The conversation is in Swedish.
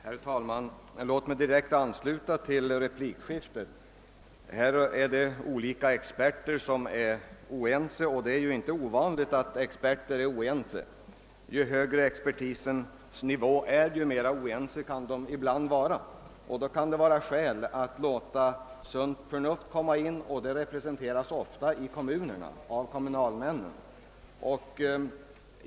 Herr talman! Låt mig direkt ansluta till det föregående replikskiftet. Olika grupper av experter är oense — och det är inte ovanligt att experter är det. Ju högre nivå experterna befinner sig på, desto mer oense kan de ibland vara. Det kan i sådana fall vara skäl i att låta s.k. sunt förnuft komma in i bilden. Ute i kommunerna representeras detta ofta av kommunalmännen.